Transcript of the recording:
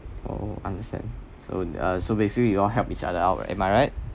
oh understand so uh so basically you all help each other out am I right